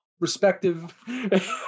respective